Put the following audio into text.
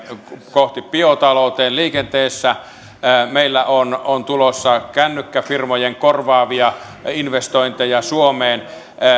kohti biotaloutta liikenteessä meillä on on tulossa kännykkäfirmojen korvaavia investointeja suomeen